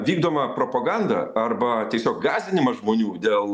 vykdoma propaganda arba tiesiog gąsdinimas žmonių dėl